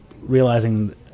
realizing